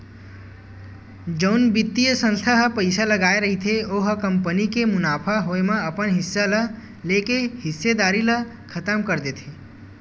जउन बित्तीय संस्था ह पइसा लगाय रहिथे ओ ह कंपनी के मुनाफा होए म अपन हिस्सा ल लेके हिस्सेदारी ल खतम कर देथे